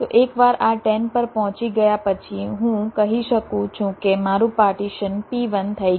તો એકવાર આ 10 પર પહોંચી ગયા પછી હું કહી શકું છું કે મારું પાર્ટીશન P1 થઈ ગયું છે